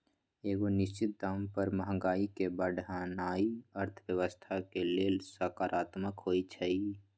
एगो निश्चित दाम पर महंगाई के बढ़ेनाइ अर्थव्यवस्था के लेल सकारात्मक होइ छइ